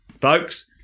folks